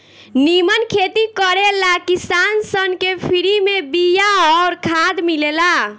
निमन खेती करे ला किसान सन के फ्री में बिया अउर खाद मिलेला